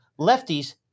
Lefties